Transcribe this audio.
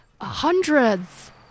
hundreds